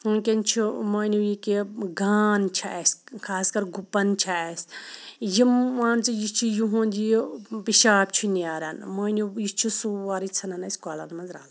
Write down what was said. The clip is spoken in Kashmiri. ونکیٚن چھِ مٲنِو یہِ کہِ گانٛد چھِ اَسہِ خاص کَر گُپَن چھِ اَسہِ یِم مان ژٕ یہِ چھِ یُہُنٛد یہِ پِشاب چھُ نیران مٲنِو یہِ چھُ سورٕے ژھٕنان أسۍ کوٚلَن مَنٛز رَلہٕ